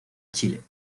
chile